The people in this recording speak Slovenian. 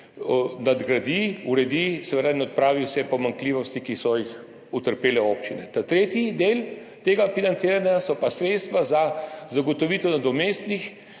nadgradi, uredi in odpravi vse pomanjkljivosti, ki so jih utrpele občine. Ta tretji del tega financiranja so pa sredstva za zagotovitev nadomestnih